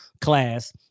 class